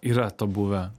yra to buvę